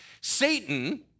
Satan